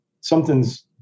something's